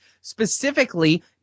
specifically